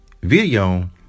video